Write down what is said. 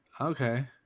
okay